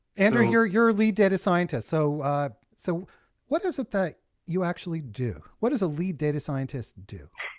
andrew, you're you're lead data scientist, so so what is it that you actually do? what does a lead data scientist do?